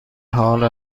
حال